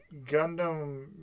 gundam